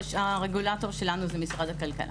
הרגולטור הממשלתי שלנו הוא משרד הכלכלה.